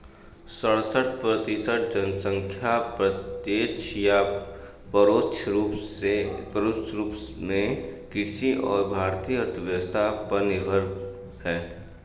सड़सठ प्रतिसत जनसंख्या प्रत्यक्ष या परोक्ष रूप में कृषि और भारतीय अर्थव्यवस्था पर निर्भर है